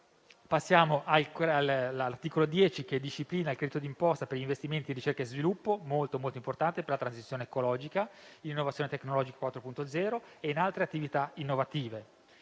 Passiamo all'articolo 10, che disciplina il credito d'imposta per gli investimenti in ricerca e sviluppo; esso è molto importante per la transizione ecologica, per l'innovazione tecnologica 4.0 e per altre attività innovative.